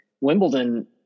Wimbledon